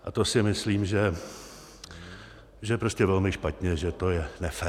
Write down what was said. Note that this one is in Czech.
A to si myslím, že je prostě velmi špatně, že to je nefér.